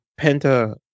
Penta